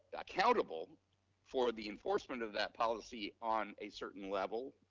accountable for the enforcement of that policy on a certain level,